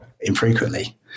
infrequently